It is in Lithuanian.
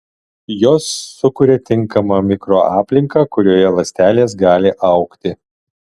jos sukuria tinkamą mikroaplinką kurioje ląstelės gali augti